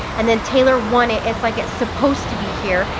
and then taylor won it. it's like it's supposed to be here,